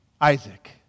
Isaac